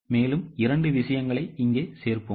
எனவே இரண்டு விஷயங்களை இங்கே சேர்ப்போம்